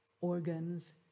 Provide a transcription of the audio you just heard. organs